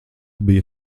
bija